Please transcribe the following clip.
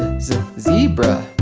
zebra